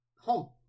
home